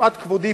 מפאת כבודי,